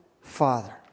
Father